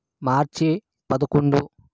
మార్చి పదకొండు